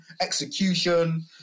execution